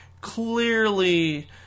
clearly